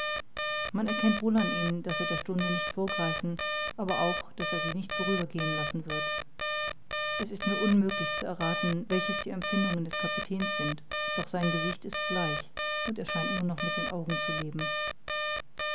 man erkennt wohl an ihm daß er der stunde nicht vorgreifen aber auch daß er sie nicht vorübergehen lassen wird es ist mir unmöglich zu errathen welches die empfindungen des kapitäns sind doch sein gesicht ist bleich und er scheint nur noch mit den augen zu leben